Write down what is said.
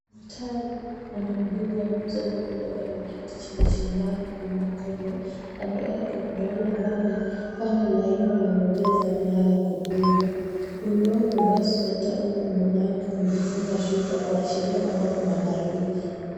Daktari anamdunga mzee mmoja ambaye ameketi chini sindano kwenye mkono. Kando yake, kuna wale ambao wamepanga laini wanangojea zamu yao ya kudungwa. Wengi wao wamevaa sweta huku moja wao amejifunga shuka kuashiria kwamba kuna baridi.